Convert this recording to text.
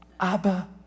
Abba